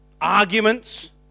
arguments